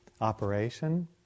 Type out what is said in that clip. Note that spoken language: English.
operation